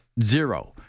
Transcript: Zero